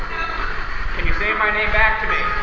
can you say my name back to me?